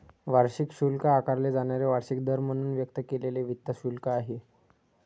वार्षिक शुल्क आकारले जाणारे वार्षिक दर म्हणून व्यक्त केलेले वित्त शुल्क आहे